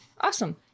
awesome